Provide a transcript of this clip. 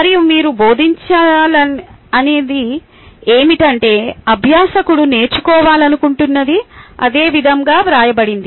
మరియు మీరు బోధించదలిచినది ఏమిటంటే అభ్యాసకుడు నేర్చుకోవాలనుకుంటున్నది అదే విధంగా వ్రాయబడింది